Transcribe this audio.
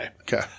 Okay